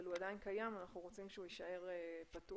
הוא עדיין קיים ואנחנו רוצים שהוא יישאר פתוח.